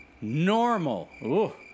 normal